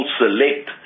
select